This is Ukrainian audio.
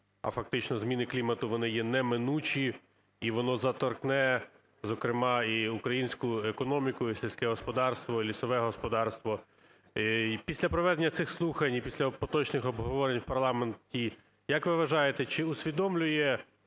а фактично зміни клімату, вони є неминучі, і воно заторкне, зокрема і українську економіку, і сільське господарство, і лісове господарство. Після проведення цих слухань і після поточних обговорень в парламенті, як ви вважаєте, чи усвідомлюють